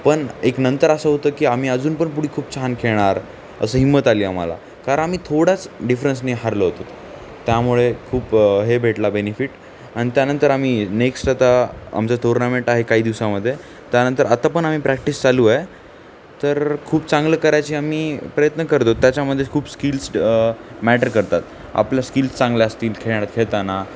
पण एक नंतर असं होतं की आम्ही अजूनपण पुढ खूप छान खेळणार असं हिंमत आली आम्हाला कारण आम्ही थोडाच डिफरन्सनी हरलो होतो त्यामुळे खूप हे भेटला बेनिफिट आणि त्यानंतर आम्ही नेक्स्ट आता आमचं तुर्नामेंट आहे काही दिवसामध्ये त्यानंतर आतापण आम्ही प्रॅक्टिस चालू आहे तर खूप चांगलं करायची आम्ही प्रयत्न करतो त्याच्यामध्येच खूप स्किल्स मॅटर करतात आपलं स्किल्स चांगल्या असतील खेळ खेळताना